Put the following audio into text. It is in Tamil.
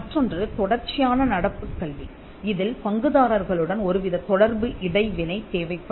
மற்றொன்று தொடர்ச்சியான நடப்புக் கல்வி இதில் பங்குதாரர்களுடன் ஒருவித தொடர்பு இடைவினை தேவைப்படும்